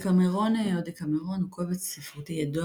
דקאמרונה או דקאמרון הוא קובץ ספרותי ידוע